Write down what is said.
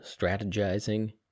strategizing